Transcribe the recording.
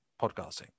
podcasting